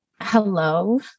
Hello